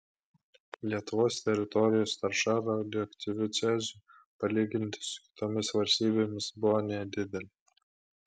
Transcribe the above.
lietuvos teritorijos tarša radioaktyviu ceziu palyginti su kitomis valstybėmis buvo nedidelė